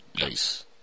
Nice